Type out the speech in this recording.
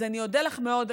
אז אני אודה לך מאוד,